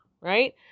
right